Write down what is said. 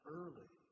early